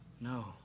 No